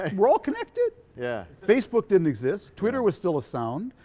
and we're all connected yeah facebook didn't exist, twitter was still a sound,